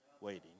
waiting